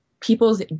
People's